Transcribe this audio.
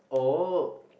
oh